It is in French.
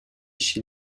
chez